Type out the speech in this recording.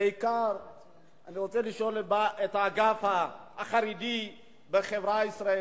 בעיקר אני רוצה לשאול את האגף החרדי בחברה הישראלית,